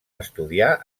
estudiar